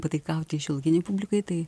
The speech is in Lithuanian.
pataikaut tai šiuolaikinei publikai tai